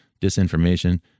disinformation